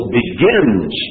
begins